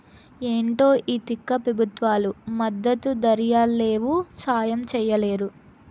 ఏంటో ఈ తిక్క పెబుత్వాలు మద్దతు ధరియ్యలేవు, సాయం చెయ్యలేరు